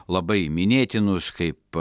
labai minėtinus kaip